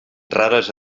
rares